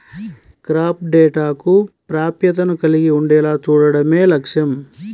crop డేటాకు ప్రాప్యతను కలిగి ఉండేలా చూడడమే లక్ష్యం